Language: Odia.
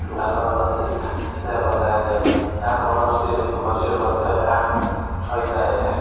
ଡାଲମା ହେଲେ ଭଲ ଲାଗେ ନାହିଁ ଏହା କୌଣସି ଭୋଜିରେ ମଧ୍ୟ ଏହା ହୋଇଥାଏ